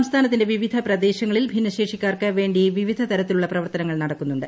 സംസ്ഥാനത്തിന്റെ വിവിധ പ്രദേശങ്ങളിൽ ഭിന്നശേഷിക്കാർക്ക് വേണ്ടി വിവിധതരത്തിലുള്ള പ്രവർത്തനങ്ങൾ നടക്കുന്നുണ്ട്